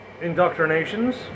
indoctrinations